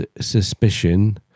suspicion